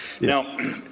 Now